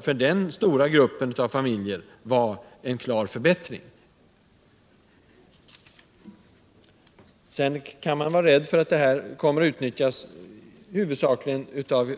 För den stora gruppen av familjer innebär reformen en klar förbättring. Man kan naturligtvis vara rädd för avt den här reformen huvudsakligen kommer att utnyttjas av